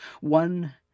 one